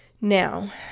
Now